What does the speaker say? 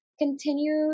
continue